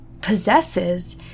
possesses